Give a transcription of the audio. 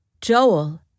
Joel